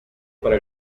para